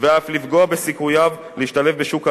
ואף לפגוע בסיכוייו להשתלב בשוק העבודה.